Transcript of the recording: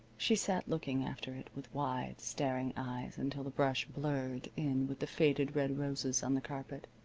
she sat looking after it with wide, staring eyes until the brush blurred in with the faded red roses on the carpet.